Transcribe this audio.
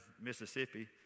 Mississippi